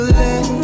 let